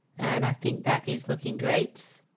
and i think that is looking great